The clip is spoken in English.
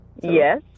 Yes